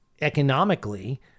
economically